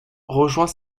rejoint